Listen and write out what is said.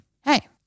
hey